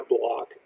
block